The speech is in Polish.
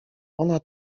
ona